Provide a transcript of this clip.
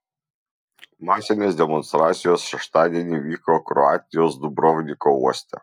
masinės demonstracijos šeštadienį vyko kroatijos dubrovniko uoste